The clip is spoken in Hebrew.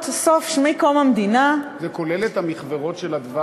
מקום המדינה, זה כולל את המכוורות של הדבש?